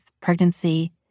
pregnancy